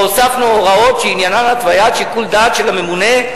והוספנו הוראות שעניינן התוויית שיקול הדעת של הממונה,